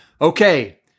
Okay